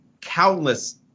countless